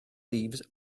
leaves